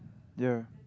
ya